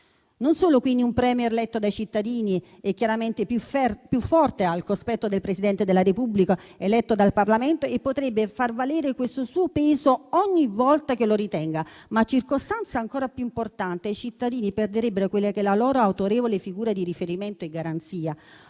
solo, quindi, di un *Premier* eletto dai cittadini e chiaramente più forte al cospetto del Presidente della Repubblica eletto dal Parlamento, che quindi potrebbe far valere questo suo peso ogni volta che lo ritenga; tuttavia, circostanza ancora più importante, i cittadini perderebbero la loro autorevole figura di riferimento e garanzia,